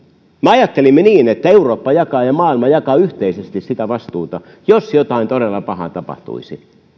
me ajattelimme niin että eurooppa jakaa ja maailma jakaa yhteisesti sitä vastuuta jos jotain todella pahaa tapahtuisi näin